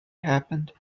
happened